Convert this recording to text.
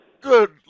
Good